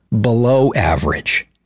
below-average